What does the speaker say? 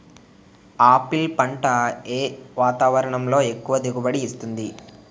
Apple పంట ఏ వాతావరణంలో ఎక్కువ దిగుబడి ఇస్తుంది?